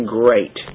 great